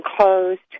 closed